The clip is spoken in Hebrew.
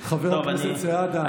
חבר הכנסת סעדה,